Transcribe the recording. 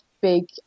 big